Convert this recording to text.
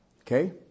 Okay